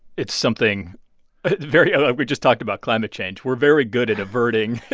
it's something very we just talked about climate change. we're very good at averting